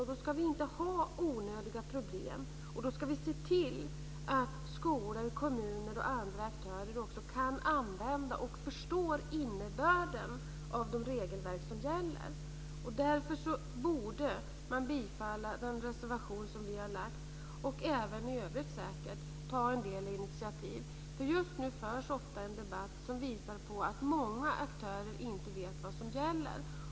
Och då ska vi inte ha onödiga problem, och då ska vi se till att skolor, kommuner och andra aktörer också kan använda och förstå innebörden av de regelverk som gäller. Därför borde man bifalla vår reservation och även i övrigt ta en del initiativ. Just nu förs nämligen ofta en debatt som visar att många aktörer inte vet vad som gäller.